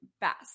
best